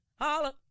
holla